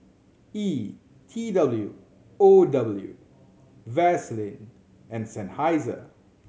E T W O W Vaseline and Seinheiser